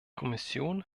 kommission